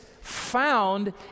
found